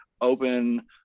open